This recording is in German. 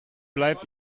bleibt